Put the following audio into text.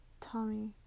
Tommy